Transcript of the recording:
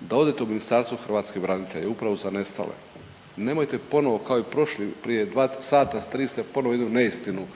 da odete u Ministarstvo hrvatskih branitelja, Upravu za nestale, nemojte ponovo kao i prošli, prije 2, 3 sata 3 ste ponovo jednu neistinu.